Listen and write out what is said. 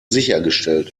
sichergestellt